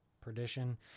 Perdition